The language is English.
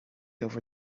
over